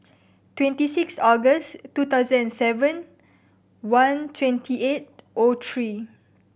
twenty six August two thousand and seven one twenty eight O three